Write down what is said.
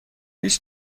هیچ